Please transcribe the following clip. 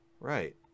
Right